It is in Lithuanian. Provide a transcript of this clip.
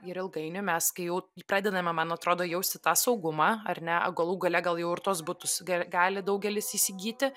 ir ilgainiui mes kai jau pradedame man atrodo jausti tą saugumą ar ne o galų gale gal jau ir tuos butus ger gali daugelis įsigyti